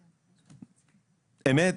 אמת?